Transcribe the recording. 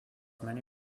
many